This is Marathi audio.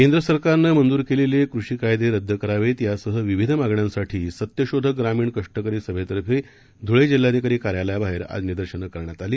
केंद्र सरकारनं मंजूर केलेले कृषी कायदे रद्द करावे यासह विविध मागण्यांसाठी सत्यशोधक ग्रामीण कष्टकरी सभेतर्फे धुळे जिल्हाधिकारी कार्यालयाबाहेर निदर्शनं करण्यात आलं